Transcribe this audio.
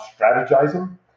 strategizing